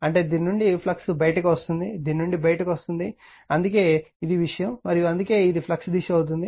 అంటే దీని నుండి ఫ్లక్స్ బయటకు వస్తోంది దీని నుండి బయటకు వస్తోంది అందుకే ఇది విషయం మరియు అందుకే ఇది ఫ్లక్స్ దిశ అవుతుంది